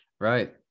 right